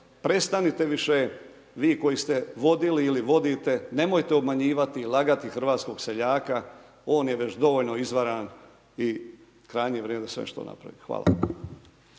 prestanite više vi koji ste vodili ili vodite, nemojte obmanjivati i lagati hrvatskog seljaka, on je već dovoljno izvaran i krajnje je vrijeme da se nešto napravi. Hvala.